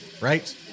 right